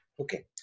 Okay